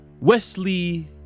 Wesley